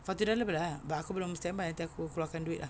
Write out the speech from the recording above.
forty dollar plus but aku belum standby nanti aku keluar kan duit ah